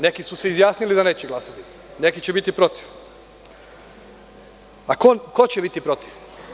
Neki su se izjasnili da neće glasati, neki će biti protiv, a ko će biti protiv?